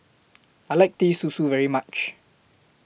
I like Teh Susu very much